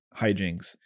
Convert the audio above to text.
hijinks